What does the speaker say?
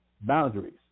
boundaries